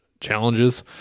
challenges